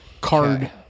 card